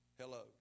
Hello